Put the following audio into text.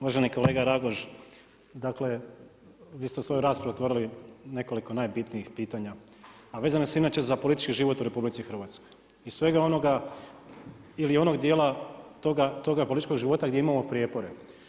Uvaženi kolega Raguž, dakle, vi ste u svojoj raspravi otvorili nekoliko najbitnijih pitanja, a vezani su inače za politički život u RH i svega onoga ili onog dijela toga političkog života gdje imamo prijepora.